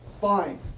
Fine